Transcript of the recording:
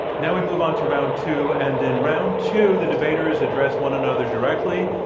now we move on to round two. and, in round two, the debaters address one another directly.